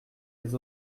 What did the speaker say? les